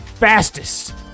fastest